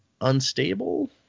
unstable